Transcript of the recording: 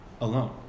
alone